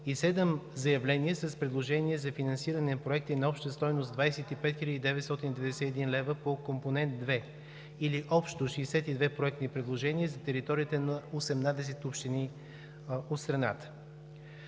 и седем заявления с предложения за финансиране на проекти на обща стойност 25 хил. 991 лв. по Компонент 2, или общо 62 проектни предложения за територията на 18 общини от страната.